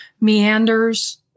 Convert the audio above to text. meanders